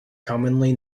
commonly